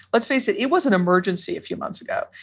let's face it, it was an emergency a few months ago,